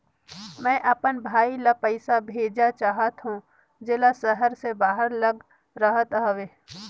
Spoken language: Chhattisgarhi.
मैं अपन भाई ल पइसा भेजा चाहत हों, जेला शहर से बाहर जग रहत हवे